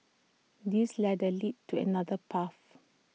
this ladder leads to another path